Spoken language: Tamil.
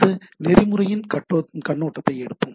இந்த நெறிமுறையின் கண்ணோட்டத்தை எடுப்போம்